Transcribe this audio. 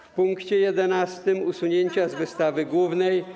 W punkcie jedenastym - usunięcia z wystawy głównej.